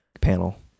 panel